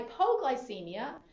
hypoglycemia